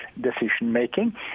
decision-making